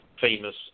famous